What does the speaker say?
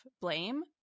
blame